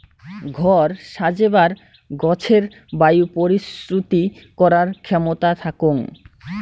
ঘর সাজেবার গছের বায়ু পরিশ্রুতি করার ক্ষেমতা থাকং